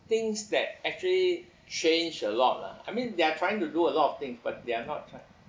things that actually change a lot lah I mean they are trying to do a lot of things but they are not trying to